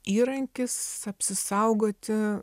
įrankis apsisaugoti